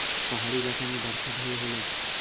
पहाड़ी इलाका मे बरखा ढेर होला